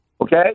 Okay